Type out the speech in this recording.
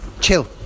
Chill